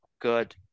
good